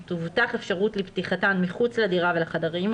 תובטח אפשרות לפתיחתן מחוץ לדירה ולחדרים,